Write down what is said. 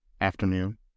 afternoon